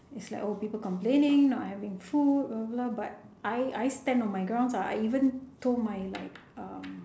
it's like old people complaining not having food blah blah but I I stand on my grounds ah I even told my like um